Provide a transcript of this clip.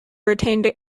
retained